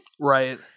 Right